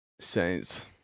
Saints